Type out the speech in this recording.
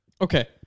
Okay